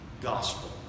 gospel